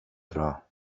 dra